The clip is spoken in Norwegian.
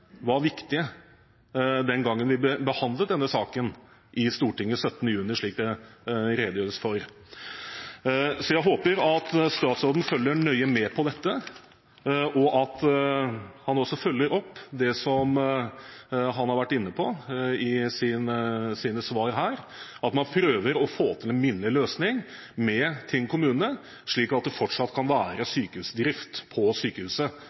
var viktige den gangen vi behandlet denne saken i Stortinget 17. juni 2014, slik det redegjøres for. Så jeg håper at statsråden følger nøye med på dette, og at han også følger opp det han har vært inne på i sine svar her, at man prøver å få til en minnelig løsning med Tinn kommune, slik at det fortsatt kan være sykehusdrift på sykehuset,